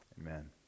Amen